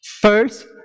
First